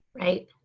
right